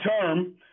term